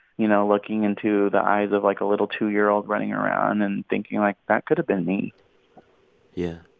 you know, looking into the eyes of, like, a little two year old running around and thinking, like, that could have been me yeah.